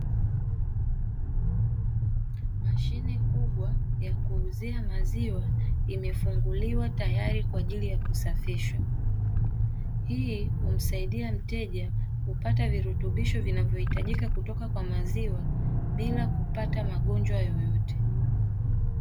Mashine kubwa ya kuuzia maziwa imefunguliwa tayari kwa ajili ya kusafishwa, hii umsaidia mteja kupata virutubisho vinavyohitajika kutoka kwa maziwa bila kupata magonjwa yoyote.